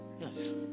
yes